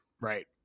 right